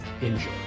Enjoy